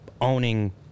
owning